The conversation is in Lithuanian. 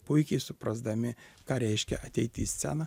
puikiai suprasdami ką reiškia ateiti į sceną